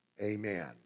amen